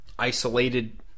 isolated